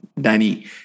Danny